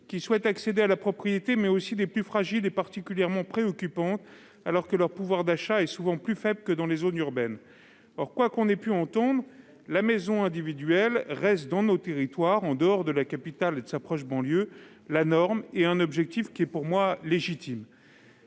qui souhaitent accéder à la propriété, mais aussi celle des plus fragiles, est particulièrement préoccupante, alors que le pouvoir d'achat de ces publics est souvent plus faible que dans les zones urbaines. Or, quoi que l'on ait pu entendre, la maison individuelle reste dans nos territoires, en dehors de la capitale et de sa proche banlieue, la norme et un objectif à mon sens légitime.